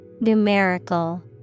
Numerical